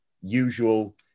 Usual